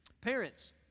parents